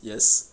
yes